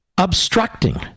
obstructing